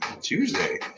Tuesday